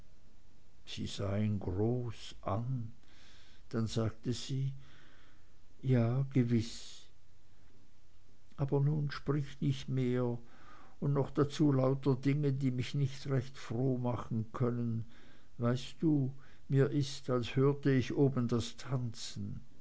sie sah ihn groß an dann sagte sie ja gewiß aber nun sprich nicht mehr und noch dazu lauter dinge die mich nicht recht froh machen können weißt du mir ist als hörte ich oben das tanzen